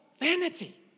vanity